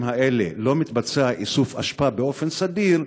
האלה לא מתבצע איסוף אשפה באופן סדיר,